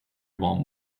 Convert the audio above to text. one